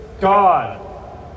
God